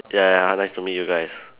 ya ya nice to meet you guys